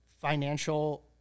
financial